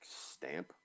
stamp